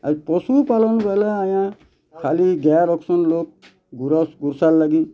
ଆର୍ ପଶୁ ପାଲନ୍ ବେଲେ ଆମର୍ ଖାଲି ଗାଏ ରଖୁସନ୍ ଲୋକ୍ ଗୁରସ୍ ଗୋସାର୍ ଲାଗି